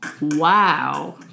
wow